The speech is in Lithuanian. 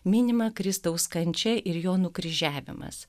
minima kristaus kančia ir jo nukryžiavimas